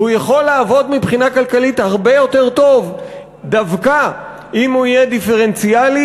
ויכול לעבוד מבחינה כלכלית הרבה יותר טוב דווקא אם הוא יהיה דיפרנציאלי,